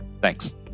Thanks